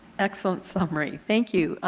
excellent summary, thank you.